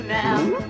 now